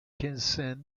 township